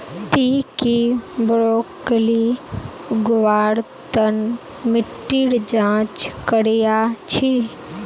ती की ब्रोकली उगव्वार तन मिट्टीर जांच करया छि?